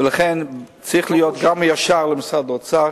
ולכן צריך להיות ישר כלפי משרד האוצר.